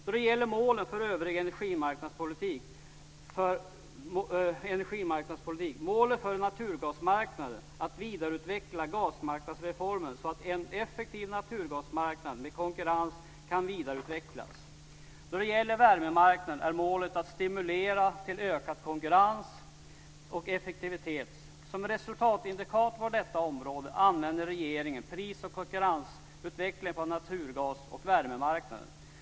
Jag ska ta upp målen för övrig energimarknadspolitik. Målet för naturgasmarknaden är att vidareutveckla gasmarknadsreformen så att en effektiv naturgasmarknad med konkurrens kan vidareutvecklas. Då det gäller värmemarknaden är målet att stimulera till ökad konkurrens och effektivitet. Som resultatindikator på detta område använder regeringen pris och konkurrensutvecklingen på naturgas och värmemarknaden.